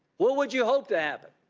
what would you hope to happen?